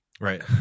right